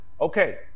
okay